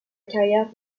carrière